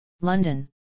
London